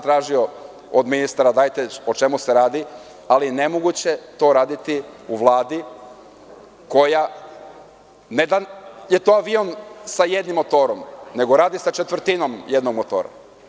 Tražio sam od ministara da vidimo o čemu se radi, ali nemoguće je to radi u Vladi koja radi ne sa jednim motorom, nego radi sa četvrtinom jednog motora.